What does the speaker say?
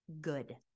good